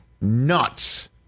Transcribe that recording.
nuts